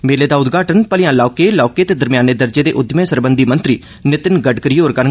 मेले दा उदघाटन भलेआ लौहके लौहके ते दरम्याने दर्जे दे उद्यमें सरबंधी मंत्री नीतिन गड़करी होर करगन